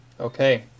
Okay